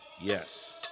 Yes